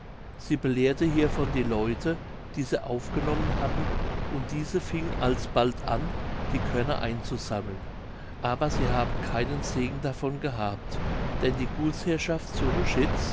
sie belehrte hiervon die leute die sie aufgenommen hatten und diese fingen alsbald an die körner einzusammeln aber sie haben keinen segen davon gehabt denn die gutsherrschaft zu